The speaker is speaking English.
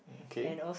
okay